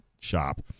shop